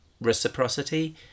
reciprocity